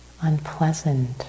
unpleasant